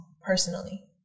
personally